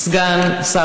גם פרופ'